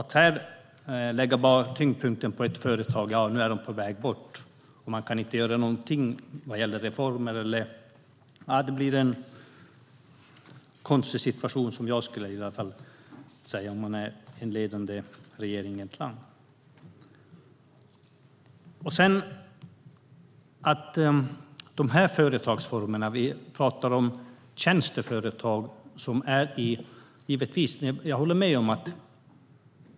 Att lägga tyngdpunkten på ett enda företag och säga att nu är det på väg bort och att man inte kan göra någonting vad gäller reformer eller annat - det leder till en konstig situation, skulle i alla fall jag säga, för regeringen i ett land. Vi talar om tjänsteföretag. Jag håller med om att de företagsformerna är viktiga.